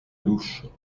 louche